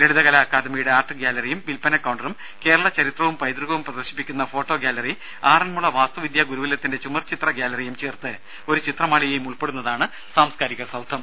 ലളിതകലാ അക്കാദമിയുടെ ആർട്ട് ഗ്യാലറിയും വില്പന കൌണ്ടറും കേരള ചരിത്രവും പൈതൃകവും പ്രദർശിപ്പിക്കുന്ന ഫോട്ടോ ഗ്യാലറി ആറൻമുള വാസ്തുവിദ്യാ ഗുരുകുലത്തിന്റെ ചുമർ ചിത്ര ഗ്യാലറിയും ചേർത്ത് ഒരു ചിത്രമാളികയും ഉൾപ്പെടുന്നതാണ് സാംസ്കാരിക സൌധം